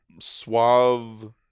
suave